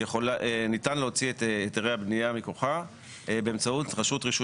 ניתן להוציא את היתרי הבנייה מכוחה באמצעות רשות רישוי